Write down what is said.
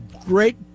great